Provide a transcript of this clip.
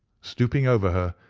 stooping over her,